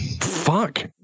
fuck